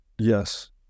Yes